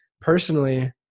personally